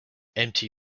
empty